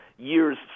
Years